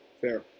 fair